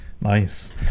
nice